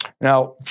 Now